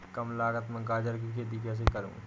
कम लागत में गाजर की खेती कैसे करूँ?